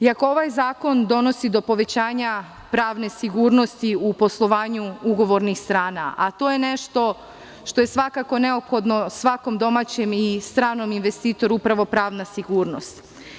Iako ovaj zakon donosi do povećanja pravne sigurnosti u poslovanju ugovornih strana, a to je nešto što je svakako neophodno svakom domaćem i stranom investitoru, pravo na sigurnost.